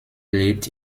lebt